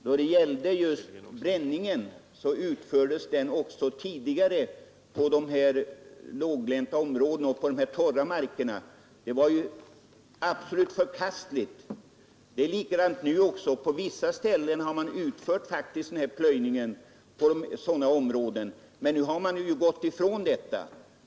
Herr talman! Jag kan väl säga att förr utfördes bränning på de låglänta och torra områdena, och det var absolut förkastligt. Nu har det på vissa ställen utförts plöjning på sådana områden, men man har gått ifrån också detta.